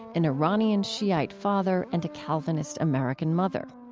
an iranian shiite father and a calvinist american mother.